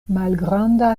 malgranda